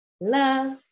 love